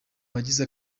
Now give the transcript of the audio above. bagize